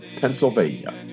Pennsylvania